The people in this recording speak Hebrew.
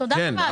תודה רבה.